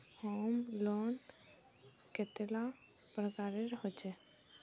Home loan कतेला प्रकारेर होचे?